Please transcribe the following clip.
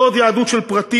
לא עוד יהדות של פרטים,